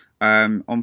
On